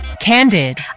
Candid